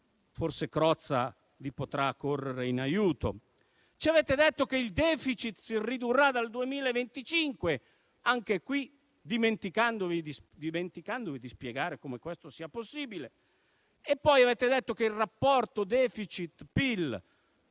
forse Crozza vi potrà correre in aiuto. Ci avete detto che il *deficit* si ridurrà dal 2025, anche qui dimenticandovi di spiegare come questo sia possibile e poi avete detto che il rapporto *deficit*-PIL